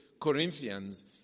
Corinthians